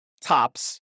tops